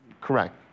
Correct